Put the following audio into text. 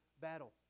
battle